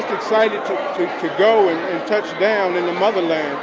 excited to go and touch down in the motherland.